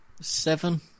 seven